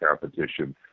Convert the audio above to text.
competition